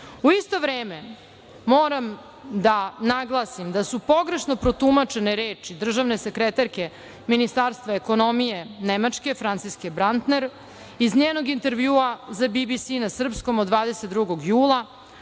isto vreme, moram da naglasim da su pogrešno protumačene reči državne sekretarke Ministarstva ekonomije Nemačke, Franciske Brantner, iz njeno intervjua za „Bi-Bi-Si“ na srpskom od 22. jula